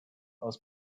aus